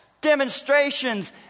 demonstrations